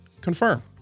confirm